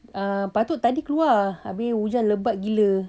uh patut tadi keluar habis hujan lebat gila